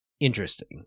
interesting